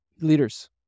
Leaders